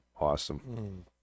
awesome